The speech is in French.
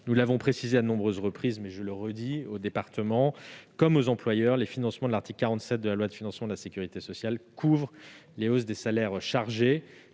Nous l'avons indiqué à de nombreuses reprises, mais je le redis aux départements comme aux employeurs : les financements de l'article 47 de la loi de financement de la sécurité sociale couvrent les hausses des salaires chargés.